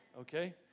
Okay